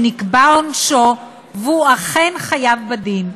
שנקבע עונשו והוא אכן חייב בדין?